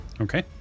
Okay